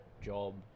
job